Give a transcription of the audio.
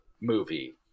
movie